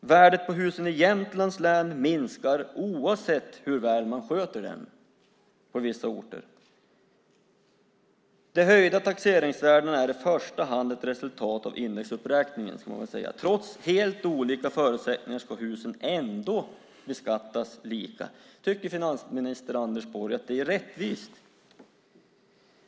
Värdet på husen på vissa orter i Jämtlands län minskar oavsett hur väl man sköter dem. De höjda taxeringsvärdena är i första hand ett resultat av indexuppräkningen, kan man säga. Trots helt olika förutsättningar ska husen beskattas lika. Tycker finansminister Anders Borg att det är rättvist?